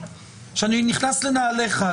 שאני נכנס לנעליך,